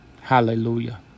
Hallelujah